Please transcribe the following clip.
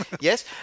Yes